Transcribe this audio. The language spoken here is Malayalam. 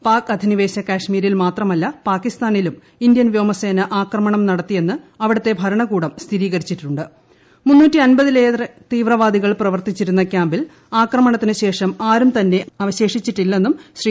പാക് അധിനിവേശ കശ്മീരിൽ മാത്രമല്ല പാക്കിസ്ഥാനിലും ഇന്ത്യൻ വ്യോമസേന ആക്രമണം നടത്തിയെന്ന് അവിടുത്തെ ലേറെ തീവ്രവാദികൾ പ്രവർത്തിച്ചിരുന്ന ക്യാമ്പിൽ ആക്രമണത്തിന് ശേഷം ആരും തന്നെ അവശേഷിച്ചിട്ടില്ലെന്നും ശ്രീ